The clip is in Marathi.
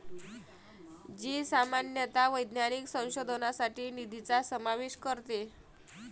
जी सामान्यतः वैज्ञानिक संशोधनासाठी निधीचा समावेश करते